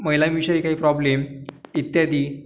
महिलांविषयी काही प्रॉब्लेम इत्यादी